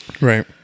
Right